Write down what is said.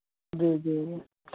जी जी